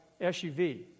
SUV